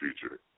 future